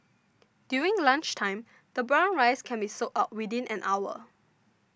during lunchtime the brown rice can be sold out within an hour